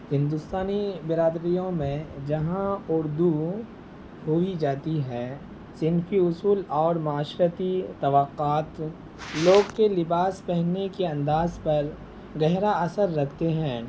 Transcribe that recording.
ہندوستانی برادریوں میں جہاں اردو بولی جاتی ہے صنفی اصول اور معاشرتی توقعات لوگ کے لباس پہننے کے انداز پر گہرا اثر رکھتے ہیں